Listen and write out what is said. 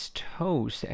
toes